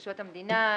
רשויות המדינה,